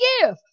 give